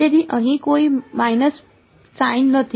તેથી અહીં કોઈ માઈનસ સાઈન નથી